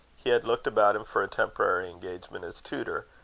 he had looked about him for a temporary engagement as tutor,